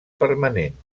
permanent